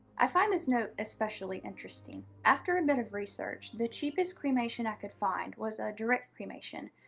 i find this note especially interesting. after a bit of research, the cheapest cremation i could find was a direct cremation,